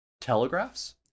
telegraphs